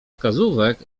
wskazówek